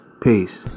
Peace